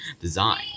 design